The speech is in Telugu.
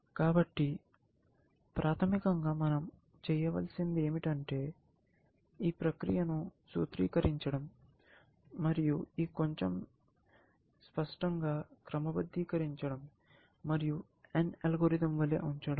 కాబట్టి ప్రాథమికంగా మనం చేయవలసింది ఏమిటంటే ఈ ప్రక్రియను సూత్రీకరించడం మరియు ఈ కొంచెం స్పష్టంగా క్రమబద్ధీకరించడం మరియు n అల్గోరిథం వలె ఉంచడం